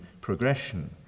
progression